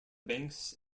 banks